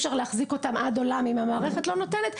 אפשר להחזיק אותם עד עולם אם המערכת לא נותנת.